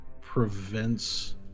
prevents